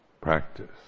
practice